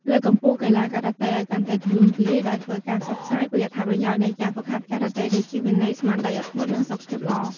លើកកម្ពស់កីឡាការ៉ាតេឲ្យកាន់តែទូលំទូលាយ ដោយធ្វើការផ្សព្វផ្សាយពីអត្ថប្រយោជន៍នៃការហ្វឹកហាត់ការ៉ាតេ ដូចជាវិន័យ ស្មារតីអត់ធ្មត់ និងសុខភាពល្អ។